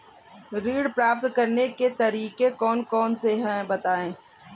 ऋण प्राप्त करने के तरीके कौन कौन से हैं बताएँ?